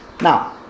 Now